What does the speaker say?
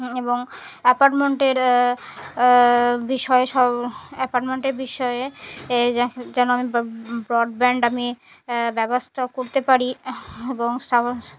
এবং অ্যাপার্টমেন্টের বিষয়ে সব অ্যাপার্টমেন্টের বিষয়ে যেন আমি ব্রডব্যান্ড আমি ব্যবস্থা করতে পারি এবং